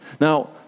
Now